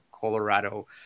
Colorado